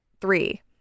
three